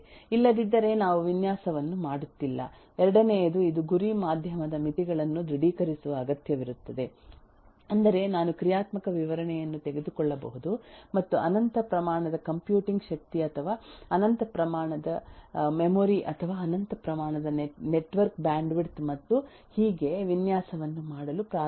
ಇಲ್ಲದಿದ್ದರೆ ನಾವು ವಿನ್ಯಾಸವನ್ನು ಮಾಡುತ್ತಿಲ್ಲ ಎರಡನೆಯದು ಇದು ಗುರಿ ಮಾಧ್ಯಮದ ಮಿತಿಗಳನ್ನು ದೃಡೀಕರಿಸುವ ಅಗತ್ಯವಿರುತ್ತದೆ ಅಂದರೆ ನಾನು ಕ್ರಿಯಾತ್ಮಕ ವಿವರಣೆಯನ್ನು ತೆಗೆದುಕೊಳ್ಳಬಹುದು ಮತ್ತು ಅನಂತ ಪ್ರಮಾಣದ ಕಂಪ್ಯೂಟಿಂಗ್ ಶಕ್ತಿ ಅಥವಾ ಅನಂತ ಪ್ರಮಾಣದ ಮೆಮೊರಿ ಅಥವಾ ಅನಂತ ಪ್ರಮಾಣದ ನೆಟ್ವರ್ಕ್ ಬ್ಯಾಂಡ್ವಿಡ್ತ್ ಮತ್ತು ಹೀಗೆ ವಿನ್ಯಾಸವನ್ನು ಮಾಡಲು ಪ್ರಾರಂಭಿಸಬಹುದು